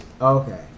Okay